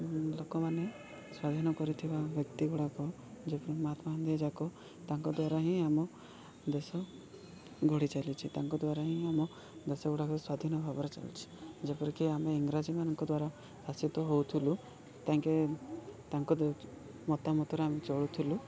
ଲୋକମାନେ ସ୍ଵାଧୀନ କରିଥିବା ବ୍ୟକ୍ତି ଗୁଡ଼ାକ ଯେପ ମହାତ୍ମା ଗାନ୍ଧୀ ଯାକ ତାଙ୍କ ଦ୍ୱାରା ହିଁ ଆମ ଦେଶ ଗଢ଼ି ଚାଲିଛିି ତାଙ୍କ ଦ୍ୱାରା ହିଁ ଆମ ଦେଶ ଗୁଡ଼ାକ ସ୍ଵାଧୀନ ଭାବରେ ଚାଲୁଛିି ଯେପରିକି ଆମେ ଇଂରାଜୀମାନଙ୍କ ଦ୍ୱାରା ଶାସିତ ହଉଥିଲୁ ତାଙ୍କେ ତାଙ୍କ ମତାମତରେ ଆମେ ଚଳୁଥିଲୁ